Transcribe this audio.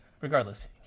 Regardless